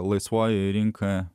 laisvoji rinka